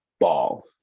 ball